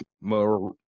more